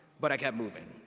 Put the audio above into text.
but i kept moving.